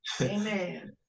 Amen